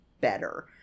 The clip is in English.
better